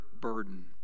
burden